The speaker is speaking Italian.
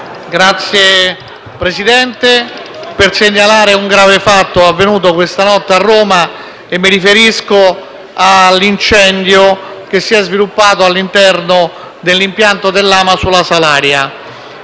intervengo per segnalare un grave fatto avvenuto questa notte a Roma. Mi riferisco all'incendio che si è sviluppato all'interno dell'impianto dell'AMA sulla Salaria.